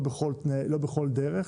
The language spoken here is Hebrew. לא בכל דרך,